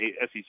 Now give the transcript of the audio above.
SEC